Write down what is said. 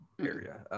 area